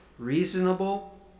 Reasonable